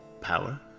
Power